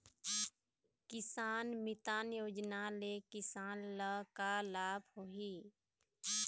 किसान मितान योजना ले किसान ल का लाभ होही?